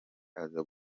aza